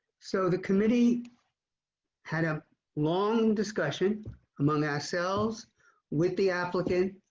so the committee had a long discussion among ourselves with the applicant.